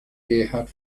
gerhard